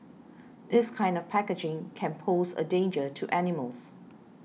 this kind of packaging can pose a danger to animals